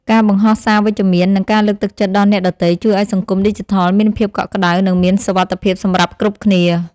ការបង្ហោះសារវិជ្ជមាននិងការលើកទឹកចិត្តដល់អ្នកដទៃជួយឱ្យសង្គមឌីជីថលមានភាពកក់ក្តៅនិងមានសុវត្ថិភាពសម្រាប់គ្រប់គ្នា។